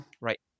right